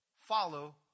follow